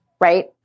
right